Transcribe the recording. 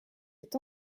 est